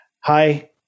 hi